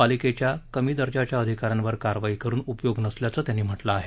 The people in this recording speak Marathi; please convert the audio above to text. पालिकेच्या कमी दर्जाच्या अधिकाऱयांवर कारवाई करून उपयोग नसल्याचे त्यांनी म्हटले आहे